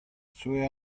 sue